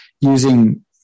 using